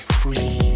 free